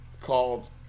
called